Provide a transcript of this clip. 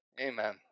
Amen